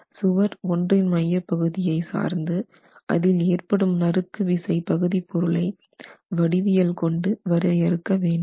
சுவர் 1 ஒன்றின் மையப்பகுதியை சார்ந்து அதில் ஏற்படும் நறுக்குவிசை பகுதிப் பொருளை வடிவியல் கொண்டு வரையறுக்க முடியும்